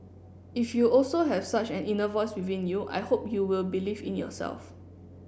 if you also have such an inner voice within you I hope you will believe in yourself